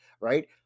right